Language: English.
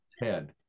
head